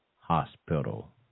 hospital